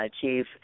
Chief